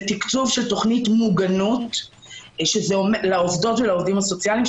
תקצוב של תוכנית מוגנות לעובדות ולעובדים הסוציאליים.